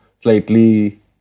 slightly